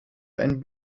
ein